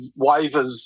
waivers